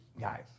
guys